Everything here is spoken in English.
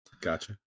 gotcha